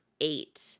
eight